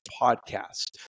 Podcast